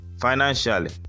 financially